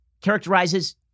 characterizes